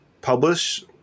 publish